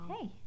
Hey